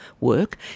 work